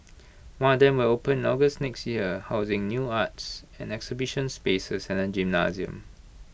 one of them will open in August next year housing new arts and exhibition spaces and A gymnasium